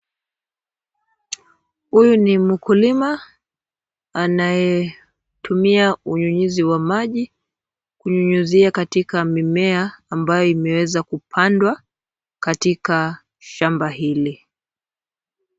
Huyu ni mkulima anayetumia unyunyuzi wa maji kunyunyuzia katika mimea ambayo imeweza kupandwa katika shamba hili.